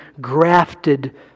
grafted